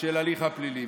של ההליך הפלילי.